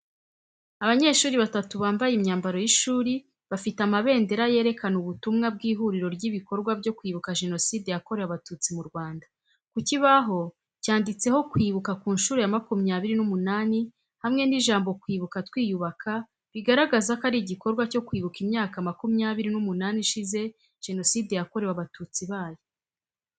Abanyeshuri batatu bambaye imyambaro y’ishuri, bafite amabendera yerekana ubutumwa bw'ihuriro ry'ibikorwa byo kwibuka jenoside yakorewe abatutsi mu Rwanda. Ku kibaho cyanditseho kwibuka ku nshuro ya makumyabiri n'umunani hamwe n’ijambo Kwibuka twiyubaka bigaragaza ko ari igikorwa cyo kwibuka imyaka makumyabiri n'umunani ishize jenoside yakorewe abatutsi ibaye.